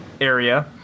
area